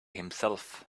himself